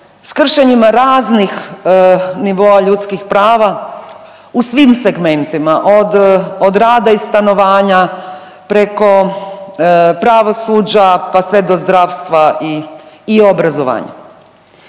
kršenjima raznih nivoa ljudskih prava u svim segmentima od, od rada i stanovanja preko pravosuđa, pa sve do zdravstva i, i obrazovanja.